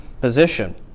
position